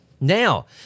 Now